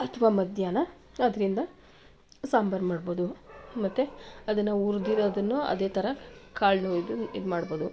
ಅಥವಾ ಮಧ್ಯಾಹ್ನ ಅದರಿಂದ ಸಾಂಬಾರು ಮಾಡ್ಬೋದು ಮತ್ತು ಅದನ್ನು ಉರ್ದಿರೋದನ್ನು ಅದೇ ಥರ ಕಾಳನ್ನ ಒಯ್ದು ಇದ್ಮಾಡ್ಬೋದು